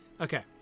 Okay